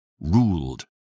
ruled